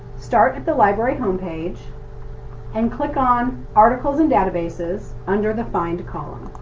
start at the library homepage and click on articles and databases under the find column.